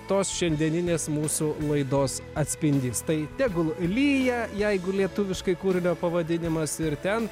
tos šiandieninės mūsų laidos atspindys tai tegul lyja jeigu lietuviškai kūrinio pavadinimas ir ten